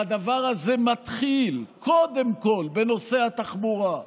והדבר הזה מתחיל קודם כול בנושא התחבורה.